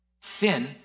Sin